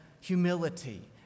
humility